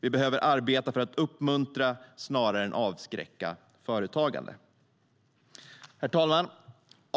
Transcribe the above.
Vi behöver arbeta för att uppmuntra, snarare än att avskräcka, företagande. Herr talman!